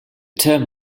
term